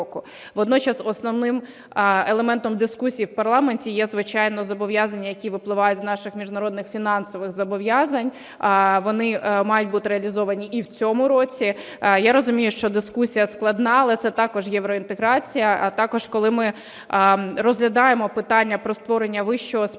Водночас основним елементом дискусії в парламенті є, звичайно, зобов'язання, які випливають з наших міжнародних фінансових зобов'язань. Вони мають бути реалізовані і в цьому році. Я розумію, що дискусія складна, але це також євроінтеграція, а також коли ми розглядаємо питання про створення Вищого спеціалізованого